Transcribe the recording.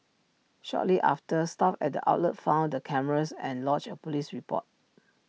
shortly after staff at the outlet found the cameras and lodged A Police report